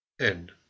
End